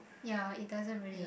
ya it doesn't really